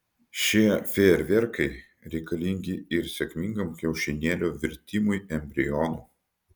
šie fejerverkai reikalingi ir sėkmingam kiaušinėlio virtimui embrionu